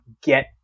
get